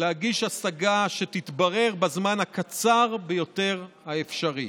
להגיש השגה שתתברר בזמן הקצר ביותר האפשרי.